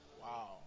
Wow